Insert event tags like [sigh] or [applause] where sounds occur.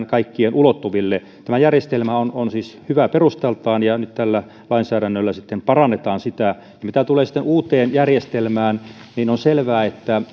[unintelligible] kaikkien ulottuville tämä järjestelmä on on siis hyvä perustaltaan ja nyt tällä lainsäädännöllä parannetaan sitä mitä tulee sitten uuteen järjestelmään niin on selvää että [unintelligible]